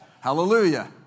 Hallelujah